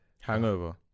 Hangover